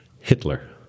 Hitler